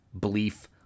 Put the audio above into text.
belief